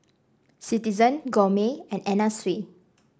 Citizen Gourmet and Anna Sui